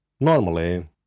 Normally